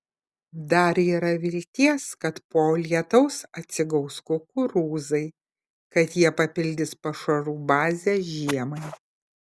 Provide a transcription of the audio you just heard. dar yra vilties kad po lietaus atsigaus kukurūzai kad jie papildys pašarų bazę žiemai